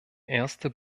erste